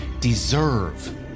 deserve